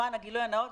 למען הגילוי הנאות,